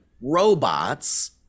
robots